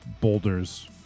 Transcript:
boulders